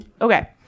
Okay